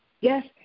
Yes